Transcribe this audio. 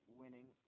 winning